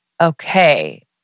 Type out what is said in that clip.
okay